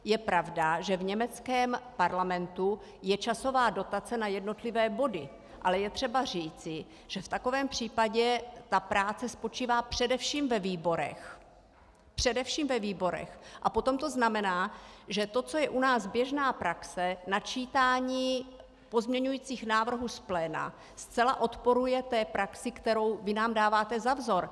Je pravda, že v německém parlamentu je časová dotace na jednotlivé body, ale je třeba říci, že v takovém případě práce spočívá především ve výborech, a potom to znamená, že to, co je u nás běžná praxe, načítání pozměňujících návrhů z pléna, zcela odporuje té praxi, kterou vy nám dáváte za vzor.